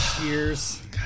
cheers